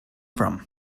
from